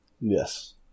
Yes